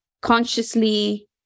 consciously